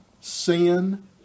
Sin